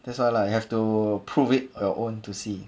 that's why lah have to prove it on your own to see